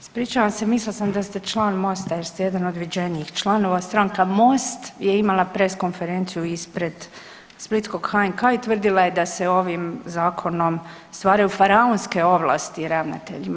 Ispričavam se, mislila sam da ste član Mosta jer ste jedan od viđenijih članova stranka Most je imala press konferenciju ispred splitskog HNK i tvrdila je da se ovim Zakonom stvaraju faraonske ovlasti ravnateljima.